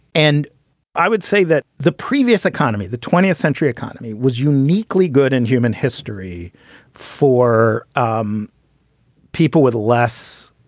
and i would say that the previous economy, the twentieth century economy, was uniquely good in human history for um people with less.